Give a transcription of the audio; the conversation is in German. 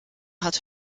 hat